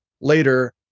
later